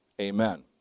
Amen